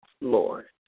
Lord